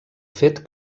fet